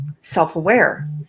self-aware